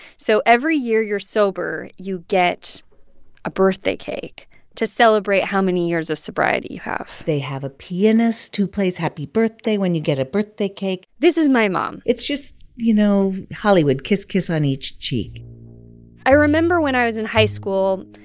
so every year you're sober, you get a birthday cake to celebrate how many years of sobriety you have they have a pianist who plays happy birthday when you get a birthday cake this is my mom it's just, you know, hollywood kiss, kiss on each cheek i remember when i was in high school,